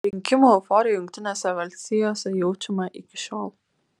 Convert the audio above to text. rinkimų euforija jungtinėse valstijose jaučiama iki šiol